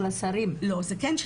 אגיד לך למה הוועדה כן.